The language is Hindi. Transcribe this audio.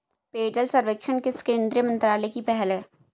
पेयजल सर्वेक्षण किस केंद्रीय मंत्रालय की पहल है?